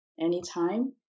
anytime